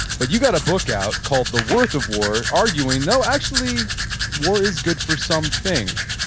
but you got a book out called the worth of war, arguing, no, actually war is good for some things.